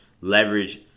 leverage